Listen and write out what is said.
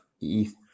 ETH